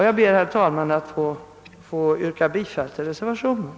Jag ber, herr talman, att få yrka bifall till reservationen.